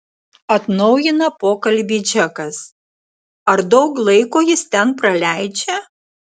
atnaujina pokalbį džekas ar daug laiko jis ten praleidžia